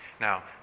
Now